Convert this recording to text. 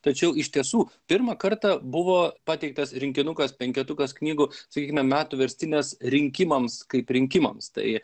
tačiau iš tiesų pirmą kartą buvo pateiktas rinkinukas penketukas knygų sakykime metų verstinės rinkimams kaip rinkimams tai